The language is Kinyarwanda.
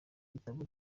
igitabo